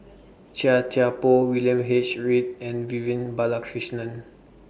Chia Thye Poh William H Read and Vivian Balakrishnan